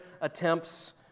attempts